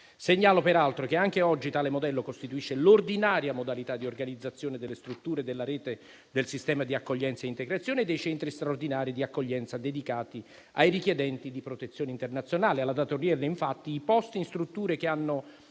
Segnalo peraltro che anche oggi tale modello costituisce l'ordinaria modalità di organizzazione delle strutture della rete del sistema di accoglienza e integrazione e dei centri straordinari di accoglienza dedicati ai richiedenti protezione internazionale. Alla data odierna, infatti, i posti in strutture che sono